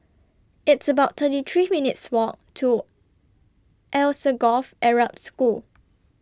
It's about thirty three minutes' Walk to Alsagoff Arab School